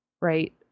Right